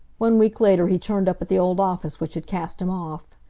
one week later he turned up at the old office which had cast him off.